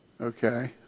Okay